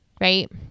right